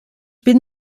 bin